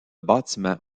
bâtiments